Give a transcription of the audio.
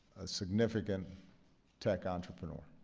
a significant tech entrepreneur.